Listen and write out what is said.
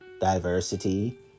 Diversity